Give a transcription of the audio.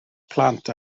plant